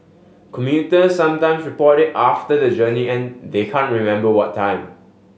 commuters sometime report it after the journey and they can't remember what time